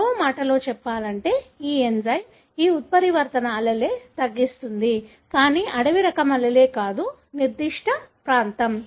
మరో మాటలో చెప్పాలంటే ఈ ఎంజైమ్ ఈ ఉత్పరివర్తన allele తగ్గిస్తుంది కానీ అడవి రకం allele కాదు నిర్దిష్ట ప్రాంతం